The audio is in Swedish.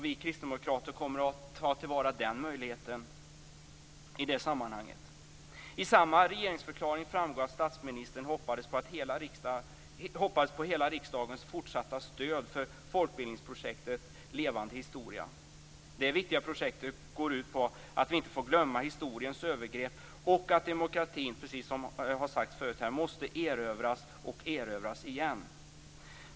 Vi kristdemokrater kommer att ta till vara den möjligheten i det sammanhanget. I samma regeringsförklaring framgår att statsministern hoppades på hela riksdagens fortsatta stöd för folkbildningsprojektet Levande historia. Det viktiga projektet går ut på att vi inte får glömma historiens övergrepp och att demokratin, precis som har sagts förut här, måste erövras och erövras igen.